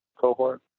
cohort